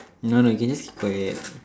no no you can just keep quiet